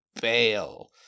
bail